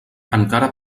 encara